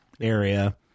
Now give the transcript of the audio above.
area